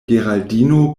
geraldino